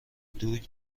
دوگ